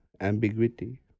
ambiguity